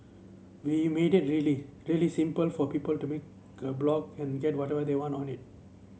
we made it really really simple for people to make a blog and whatever they want on it